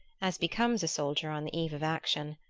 as becomes a soldier on the eve of action.